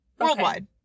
worldwide